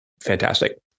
fantastic